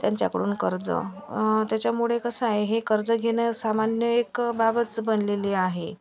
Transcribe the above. त्यांच्याकडून कर्ज त्याच्यामुळे कसं आहे हे कर्ज घेणं सामान्य एक बाबच बनलेली आहे